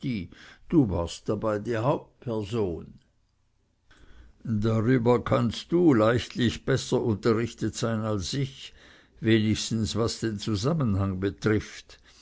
du warst dabei die hauptperson darüber kannst du leichtlich besser unterrichtet sein als ich wenigstens was den zusammenhang betrifft